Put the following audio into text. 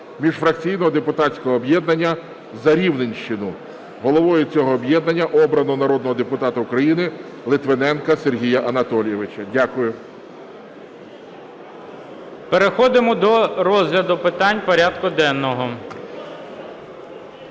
міжфракційного депутатського об'єднання "За Рівненщину". Головою цього об'єднання обрано народного депутата України Литвиненка Сергія Анатолійовича. Дякую. Веде засідання Голова Верховної